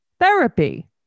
therapy